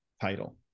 title